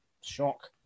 Shock